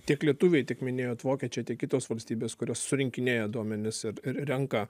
tiek lietuviai tiek minėjot vokiečiai tiek kitos valstybės kurios surinkinėja duomenis ir ir renka